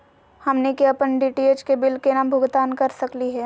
हमनी के अपन डी.टी.एच के बिल केना भुगतान कर सकली हे?